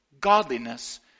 godliness